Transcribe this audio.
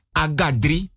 agadri